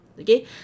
okay